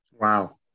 Wow